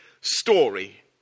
story